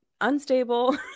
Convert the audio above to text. unstable